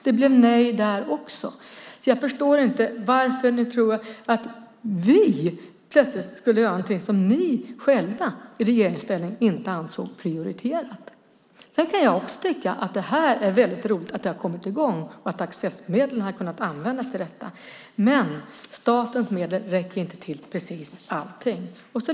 Det blev nej där också. Jag förstår inte varför ni tror att vi plötsligt skulle göra någonting som ni själva i regeringsställning inte ansåg prioriterat. Sedan kan jag också tycka att det är väldigt roligt att det här har kommit i gång och att Accessmedlen har kunnat användas till detta. Statens medel räcker inte till precis allting.